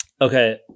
Okay